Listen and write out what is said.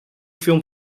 film